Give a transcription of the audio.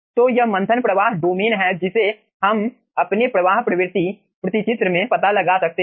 तो यह मंथन प्रवाह डोमेन है जिसे हम अपने प्रवाह प्रवृत्ति प्रतिचित्र में पता लगा सकते हैं